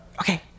Okay